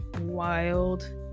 wild